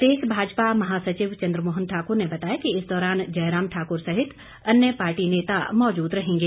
प्रदेश भाजपा महासचिव चन्द्रमोहन ठाकुर ने बताया कि इस दौरान जयराम ठाकुर सहित अन्य पार्टी नेता मौजूद रहेंगे